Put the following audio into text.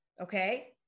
okay